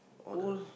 old